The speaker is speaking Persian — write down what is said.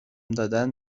دادن